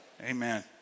Amen